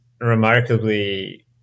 remarkably